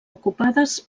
ocupades